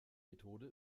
methode